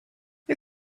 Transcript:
you